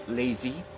lazy